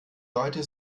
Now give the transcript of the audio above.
leute